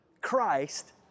Christ